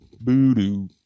boo-doo